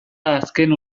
azken